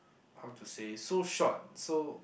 how to say so short so